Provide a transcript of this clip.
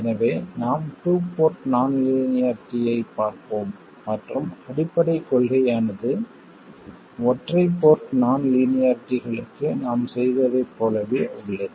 எனவே நாம் two port நான் லீனியாரிட்டியைப் பார்ப்போம் மற்றும் அடிப்படைக் கொள்கையானது ஒற்றை போர்ட் நான் லீனியாரிட்டிகளுக்கு நாம் செய்ததைப் போலவே உள்ளது